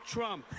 Trump